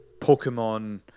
Pokemon